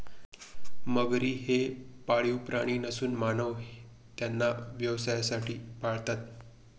मगरी हे पाळीव प्राणी नसून मानव त्यांना व्यवसायासाठी पाळतात